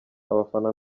abafana